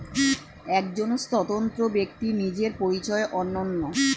একজন স্বতন্ত্র ব্যক্তির নিজের পরিচয় অনন্য